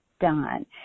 done